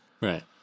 Right